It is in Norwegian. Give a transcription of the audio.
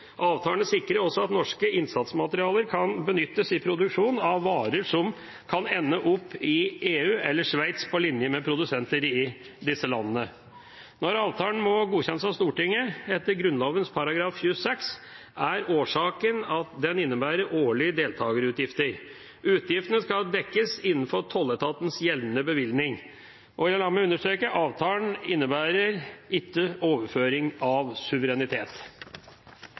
Avtalen sikrer også at norske innsatsmaterialer kan benyttes i produksjon av varer som kan ende opp i EU eller Sveits, på linje med produsenter i disse landene. Når avtalen må godkjennes av Stortinget etter Grunnloven § 26, er årsaken at den innebærer årlige deltakerutgifter. Utgiftene skal dekkes innenfor tolletatens gjeldende bevilgning. La meg understreke at avtalen ikke innebærer overføring av suverenitet.